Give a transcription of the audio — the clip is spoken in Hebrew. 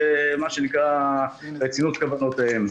מה שנקרא רצינות כוונותיהם.